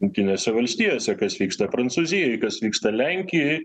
jungtinėse valstijose kas vyksta prancūzijoj kas vyksta lenkijoj